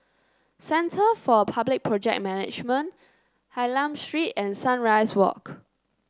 Centre for Public Project Management Hylam Street and Sunrise Walk